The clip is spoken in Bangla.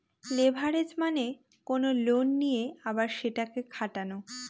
লেভারেজ মানে কোনো লোন নিয়ে আবার সেটাকে খাটানো